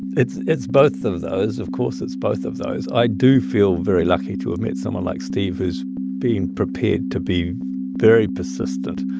it's it's both of those. of course, it's both of those. i do feel very lucky to have met someone like steve who's been prepared to be very persistent.